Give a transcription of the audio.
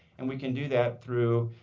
and we can do that through,